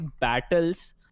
battles